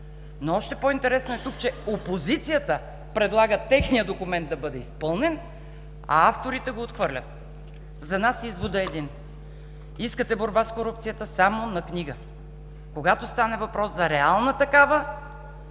Още по-интересното тук е, че опозицията предлага техният документ да бъде изпълнен, а авторите го отхвърлят. За нас изводът е един: искате борба с корупцията само на книга. Когато стане въпрос за реална такава